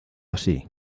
así